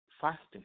fasting